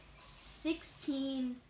sixteen